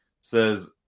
says